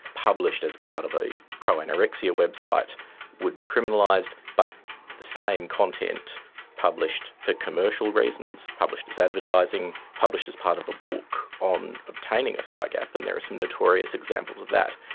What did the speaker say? published as part of a pro-anorexia website would be criminalised, but the same content published for commercial reasons, published as advertising, published as part of a book on obtaining a thigh gap, and there are some notorious examples of that,